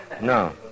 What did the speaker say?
No